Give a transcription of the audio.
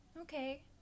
Okay